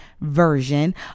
version